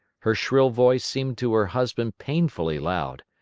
her shrill voice seemed to her husband painfully loud,